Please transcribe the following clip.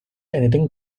anything